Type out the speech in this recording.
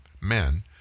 men